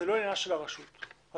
זה לא עניין של הרשות השלטונית.